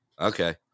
okay